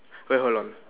wait hold on